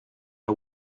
are